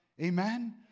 Amen